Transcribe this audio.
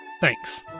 Thanks